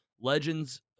Legends